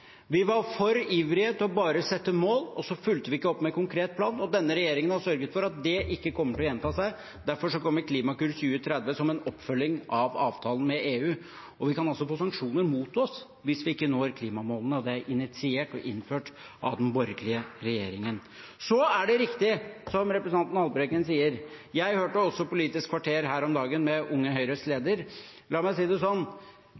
Vi var for ivrige etter bare å sette mål, og så fulgte vi ikke opp med en konkret plan. Denne regjeringen har sørget for at det ikke kommer til å gjenta seg, og derfor kommer Klimakur 2030 som en oppfølging av avtalen med EU. Vi kan altså få sanksjoner mot oss hvis vi ikke når klimamålene, og det er initiert og innført av den borgerlige regjeringen. Så er det riktig, det som representanten Haltbrekken sier. Jeg hørte også på Politisk kvarter her om dagen med Unge Høyres leder. La meg si det sånn: